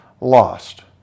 lost